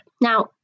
Now